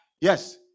yes